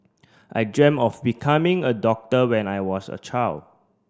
I dreamt of becoming a doctor when I was a child